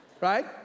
Right